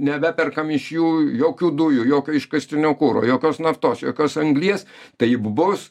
nebeperkam iš jų jokių dujų jokio iškastinio kuro jokios naftos jokios anglies taip bus